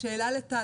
שאלה לטל.